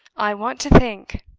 i want to think.